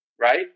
right